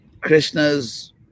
Krishna's